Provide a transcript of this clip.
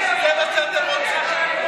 זה מה שאתם רוצים.